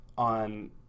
On